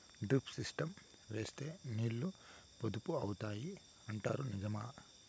Drip system వేస్తే నీళ్లు పొదుపు అవుతాయి అంటారు నిజమా?